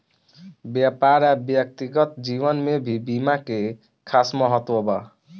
व्यापार आ व्यक्तिगत जीवन में भी बीमा के खास महत्व बा